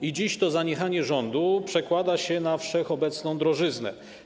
I dziś to zaniechanie rządu przekłada się na wszechobecną drożyznę.